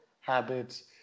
habits